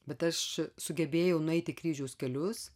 bet aš sugebėjau nueiti kryžiaus kelius